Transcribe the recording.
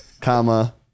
comma